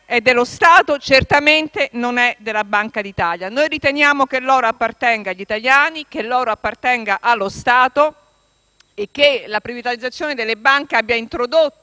È dello Stato e certamente non della Banca d'Italia. Riteniamo che l'oro appartenga agli italiani e allo Stato e che la privatizzazione delle banche abbiamo introdotto